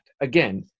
Again